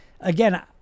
again